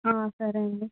సరే అండి